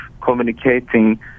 communicating